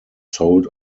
sold